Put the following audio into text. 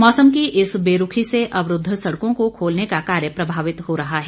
मौसम की इस बेरूखी से अवरूद्व सड़कों को खोलने का कार्य प्रभावित हो रहा है